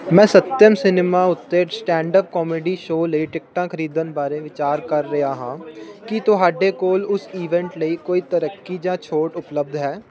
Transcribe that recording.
ਮੈਂ ਸੱਤਿਅਮ ਸਿਨੇਮਾ ਉੱਤੇ stand up comedy show ਲਈ ਟਿਕਟਾਂ ਖਰੀਦਣ ਬਾਰੇ ਵਿਚਾਰ ਕਰ ਰਿਹਾ ਹਾਂ ਕੀ ਤੁਹਾਡੇ ਕੋਲ ਉਸ ਈਵੈਂਟ ਲਈ ਕੋਈ ਤਰੱਕੀ ਜਾਂ ਛੋਟ ਉਪਲੱਬਧ ਹੈ